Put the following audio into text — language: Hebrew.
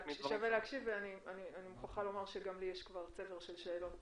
נמשיך עם פרופ' שמואל